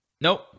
Nope